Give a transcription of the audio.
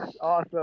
Awesome